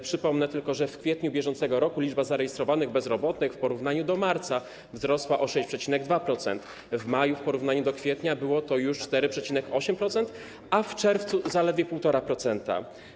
Przypomnę tylko, że w kwietniu br. liczba zarejestrowanych bezrobotnych w porównaniu z marcem wzrosła o 6,2%, w maju w porównaniu z kwietniem było to już 4,8%, a w czerwcu - zaledwie 1,5%.